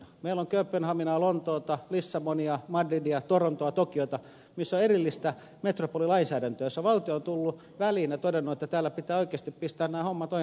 meillä on kööpenhaminaa lontoota lissabonia madridia torontoa tokiota missä on erillistä metropolilainsäädäntöä jossa valtio on tullut väliin ja todennut että täällä pitää oikeasti pistää nämä hommat ojennukseen ja järjestykseen